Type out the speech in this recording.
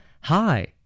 Hi